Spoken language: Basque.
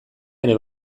ere